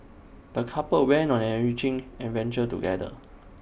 the couple went on an enriching adventure together